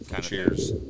Cheers